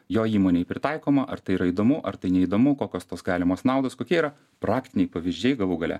jo įmonei pritaikoma ar tai yra įdomu ar tai neįdomu kokios tos galimos naudos kokie yra praktiniai pavyzdžiai galų gale